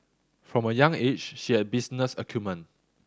from a young age she had business acumen